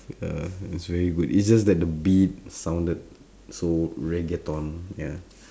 uh it's very good it's just that the beat sounded so reggaeton ya